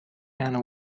and